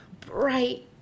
bright